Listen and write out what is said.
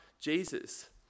jesus